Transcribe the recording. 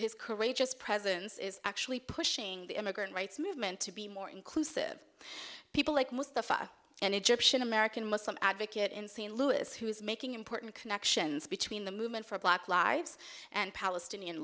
his courageous presence is actually pushing the immigrant rights movement to be more inclusive people like mostafa an egyptian american muslim advocate in st louis who is making important connections between the movement for black lives and palestinian